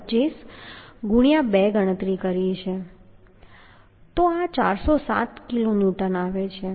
25 ગુણ્યાં 2 ગણતરી કરી છે તો આ 407 કિલોન્યુટન આવે છે